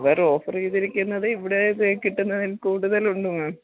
അവര് ഓഫറീയ്തിരിക്കുന്നത് ഇവിടെ കിട്ടുന്നതില് കൂടുതലുണ്ട് മാം